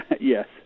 Yes